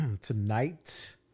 tonight